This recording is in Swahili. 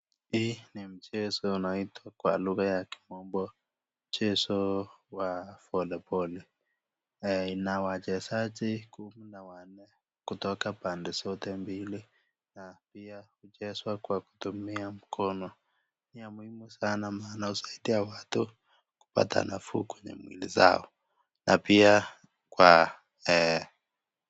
Hii ni mchezo inayoitwa kwa lugha ya kimombo mchezo wa voliboli, ina wachezaji kumi na wanne kutoka pande zote mbili na pia huchezwa kwa kutumia mkono, ni ya muhimu sana maana husaidia watu kupata nafuu na mwili zao na pia kwa ...